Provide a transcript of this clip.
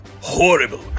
Horrible